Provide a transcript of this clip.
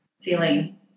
feeling